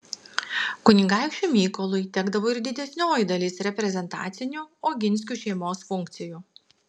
kunigaikščiui mykolui tekdavo ir didesnioji dalis reprezentacinių oginskių šeimos funkcijų